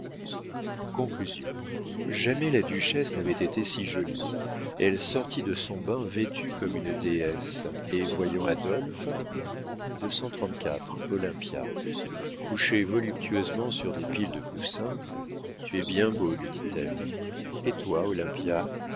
conclusion jamais la duchesse n'avait été si jolie elle sortit de son bain vêtue comme une déesse et voyant adolphe olympe voluptueusement sur des piles de coussins tu es bien beau lui dit-elle et toi olympia